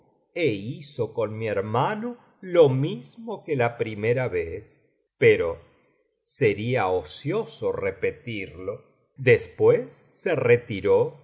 é hizo con mi hermano lo mismo que la primera vez pero sería ocioso repetirlo después se retiró y